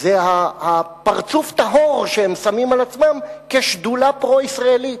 זה הפרצוף הטהור שהם שמים על עצמם כשדולה פרו-ישראלית.